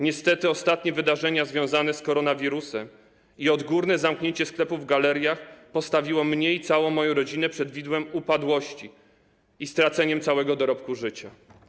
Niestety ostatnie wydarzenia związane z koronawirusem i odgórne zamknięcie sklepów w galeriach postawiło mnie i całą moją rodzinę przed widmem upadłości i straty dorobku całego życia.